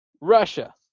Russia